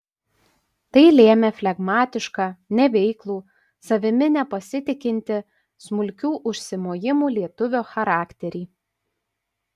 tai lėmė flegmatišką neveiklų savimi nepasitikintį smulkių užsimojimų lietuvio charakterį